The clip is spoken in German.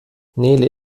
nele